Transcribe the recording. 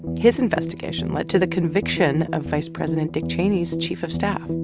his investigation led to the conviction of vice president dick cheney's chief of staff.